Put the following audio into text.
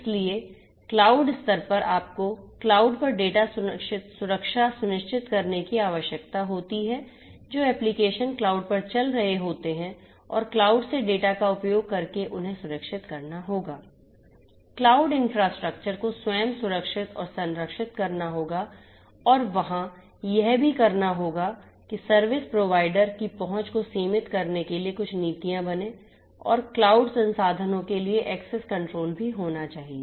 इसलिए क्लाउड स्तर पर आपको क्लाउड पर डेटा सुरक्षा सुनिश्चित करने की आवश्यकता होती है जो एप्लीकेशन की पहुँच को सीमित करने के लिए कुछ नीतियां बनें और क्लाउड संसाधनों के लिए एक्सेस कंट्रोल भी होना चाहिए